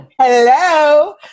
hello